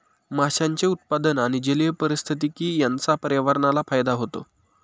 माशांचे उत्पादन आणि जलीय पारिस्थितिकी यांचा पर्यावरणाला फायदा होतो